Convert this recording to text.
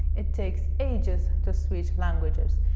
it takes ages to switch languages.